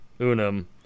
unum